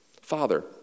Father